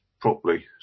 properly